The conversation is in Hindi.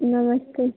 नमस्ते